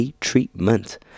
treatment